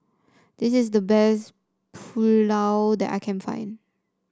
this is the best Pulao that I can find